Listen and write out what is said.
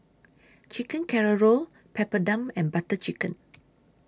Chicken Casserole Papadum and Butter Chicken